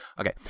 Okay